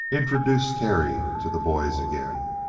introduced terry to the boys again,